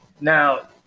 now